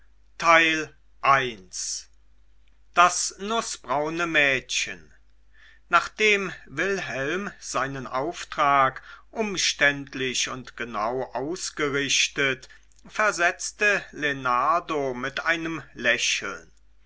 das nußbraune mädchen nachdem wilhelm seinen auftrag umständlich und genau ausgerichtet versetzte lenardo mit einem lächeln